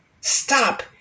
stop